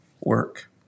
work